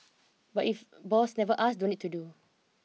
but if boss never asks don't need to do